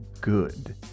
good